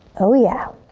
oh yeah.